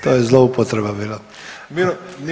To je zloupotreba bila.